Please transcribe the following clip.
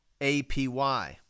APY